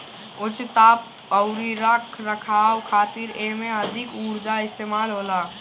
उच्च ताप अउरी रख रखाव खातिर एमे अधिका उर्जा इस्तेमाल होला